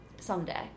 Someday